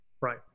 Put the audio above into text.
Right